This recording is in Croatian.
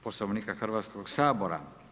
Poslovnika Hrvatskog sabora.